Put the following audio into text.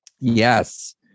Yes